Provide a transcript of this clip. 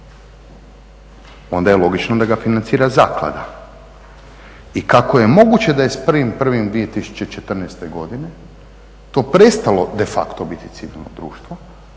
onda je logično da ga financira zaklada i kako je moguće da je s 1.1.2014. godine to prestalo de facto biti civilno društvo